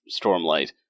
Stormlight